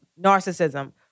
narcissism